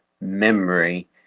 memory